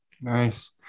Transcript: Nice